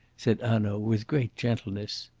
said hanaud with great gentleness.